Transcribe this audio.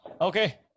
Okay